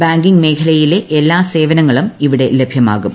banking മേഖലയിലെ എല്ലാ സേവനങ്ങളും ഇവിടെ ലഭ്യമാക്കും